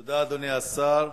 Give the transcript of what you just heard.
תודה, אדוני השר.